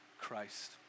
Christ